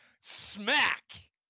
Smack